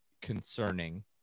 concerning